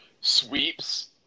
Sweeps